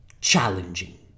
challenging